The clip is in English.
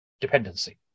dependency